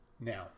Now